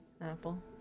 apple